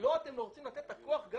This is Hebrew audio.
לו אתם רוצים לתת את הכוח?